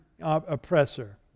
oppressor